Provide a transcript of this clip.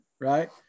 Right